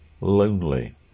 lonely